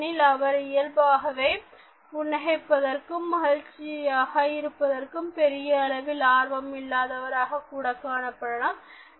ஏனெனில் அவர் இயல்பாகவே புன்னகைப்பதற்கும் மகிழ்ச்சியாக இருப்பதற்கும் பெரிய அளவில் ஆர்வம் இல்லாதவராக கூட காணப்படலாம்